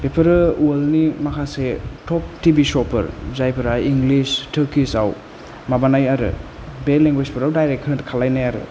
बेफोरो वर्ल्डनि माखासे टप टिभि श'फोर जायफोरा इंसिल टुर्किसाव माबानाय आरो बे लेंगुवेजफोराव डाइरेक्ट खालामनाय आरो